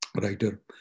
writer